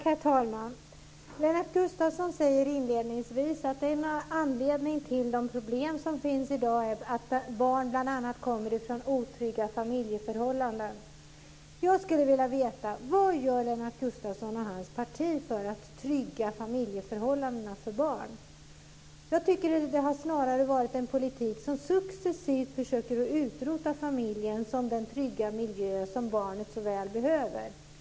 Herr talman! Lennart Gustavsson säger inledningsvis att en anledning till de problem som finns i dag är bl.a. att barn kommer från otrygga familjeförhållanden. Jag skulle vilja veta vad Lennart Gustavsson och hans parti gör för att trygga familjeförhållandena för barn. Det har snarare varit en politik som successivt försöker att utrota familjen som den trygga miljö som barnet så väl behöver.